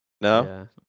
No